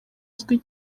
uzwi